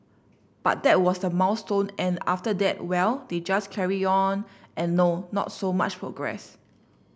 but that was the milestone and after that well they just carry on and no not so much progress